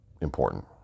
important